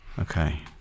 okay